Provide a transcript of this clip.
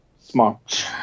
smart